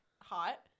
hot